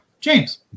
James